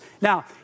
now